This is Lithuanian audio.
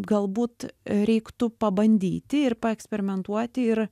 galbūt reiktų pabandyti ir paeksperimentuoti ir